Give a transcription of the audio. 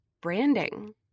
branding